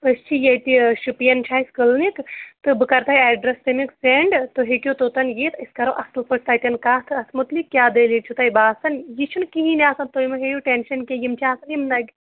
أسۍ چھِ ییٚتہِ شُپیَن چھِ اَسہِ کٕلنِک تہٕ بہٕ کَرٕ تۄہہِ ایڈرَس تٔمیُٚک سینٛڈ تُہۍ ہیٚکِو توٚتَن یِتھ أسۍ کَرو اَصٕل پٲٹھۍ تَتٮ۪ن کَتھ اَتھ متعلق کیٛاہ دٔلیٖل چھُ تۄہہِ باسان یہِ چھُںہٕ کِہیٖنۍ آسان تُہۍ مہٕ ہیٚیُو ٹینشَن کینٛہہ یِم چھِ آسان یِم نَگے